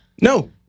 No